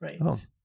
right